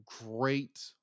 great